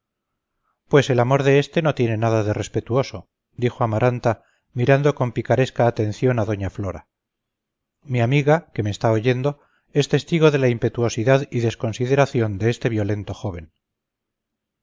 pues el amor de este no tiene nada de respetuoso dijo amaranta mirando con picaresca atención a doña flora mi amiga que me está oyendo es testigo de la impetuosidad y desconsideración de este violento joven